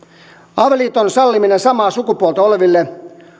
avioliiton salliminen samaa sukupuolta oleville